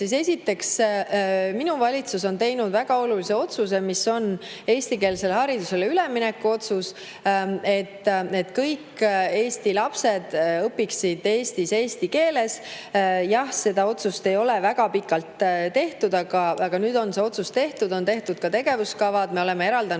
siis esiteks, minu valitsus on teinud väga olulise otsuse ehk siis eestikeelsele haridusele ülemineku otsuse, et kõik Eesti lapsed õpiksid Eestis eesti keeles. Jah, see otsus on olnud väga pikalt tegemata, aga nüüd on see tehtud. On tehtud ka tegevuskavad. Me oleme eraldanud